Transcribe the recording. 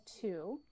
two